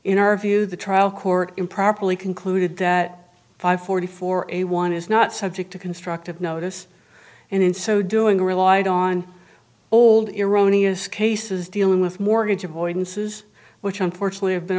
our view the trial court improperly concluded that five forty four a one is not subject to constructive notice and in so doing relied on old eroni as cases dealing with mortgage avoidances which unfortunately have been